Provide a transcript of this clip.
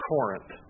Corinth